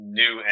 new